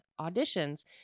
auditions